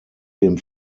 dem